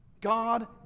God